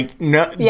no